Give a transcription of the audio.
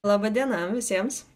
laba diena visiems